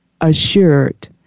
assured